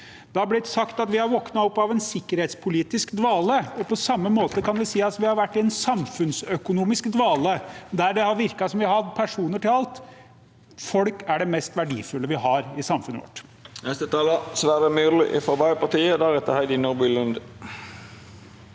Det har blitt sagt at vi har våknet opp fra en sikkerhetspolitisk dvale, og på samme måte kan vi si at vi har vært i en samfunnsøkonomisk dvale, der det har virket som vi har hatt personer til alt. Folk er det mest verdifulle vi har i samfunnet.